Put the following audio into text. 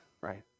right